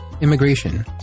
Immigration